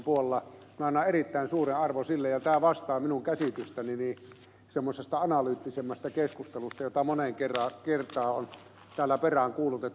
minä annan erittäin suuren arvon sille ja tämä vastaa minun käsitystäni semmoisesta analyyttisemmasta keskustelusta jota moneen kertaan on täällä peräänkuulutettu